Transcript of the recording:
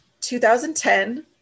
2010